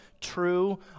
true